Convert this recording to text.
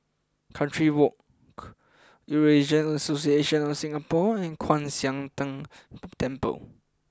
Country Walk Eurasian Association of Singapore and Kwan Siang Tng Temple